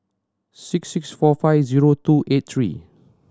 six six four five zero two eight three